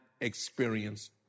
experience